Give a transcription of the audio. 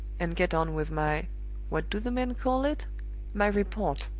and get on with my what do the men call it my report.